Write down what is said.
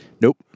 Nope